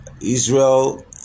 Israel